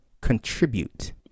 contribute